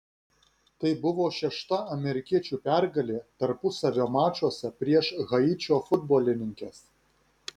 tai buvo šešta amerikiečių pergalė tarpusavio mačuose prieš haičio futbolininkes